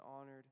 honored